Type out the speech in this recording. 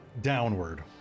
downward